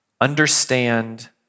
understand